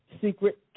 secret